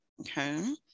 Okay